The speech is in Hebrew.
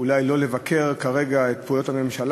אולי לא נבקר כרגע את פעולות הממשלה,